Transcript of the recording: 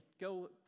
go